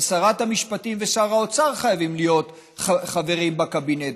גם שרת המשפטים ושר האוצר חייבים להיות חברים בקבינט.